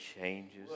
changes